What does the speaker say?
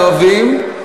ערבים,